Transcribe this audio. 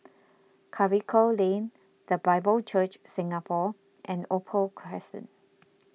Karikal Lane the Bible Church Singapore and Opal Crescent